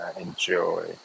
enjoy